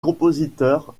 compositeur